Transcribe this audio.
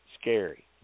scary